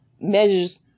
measures